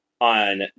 on